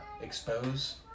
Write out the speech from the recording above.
expose